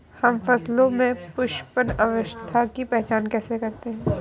हम फसलों में पुष्पन अवस्था की पहचान कैसे करते हैं?